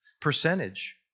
Percentage